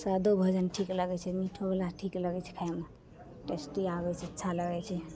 सादो भोजन ठीक लगै छै मिठोवला ठीक लगै छै खाइमे टेस्टी आबै छै अच्छा लागै छै